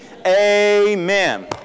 Amen